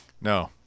No